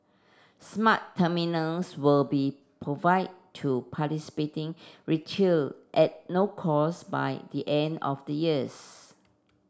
smart terminals will be provide to participating at no cost by the end of the years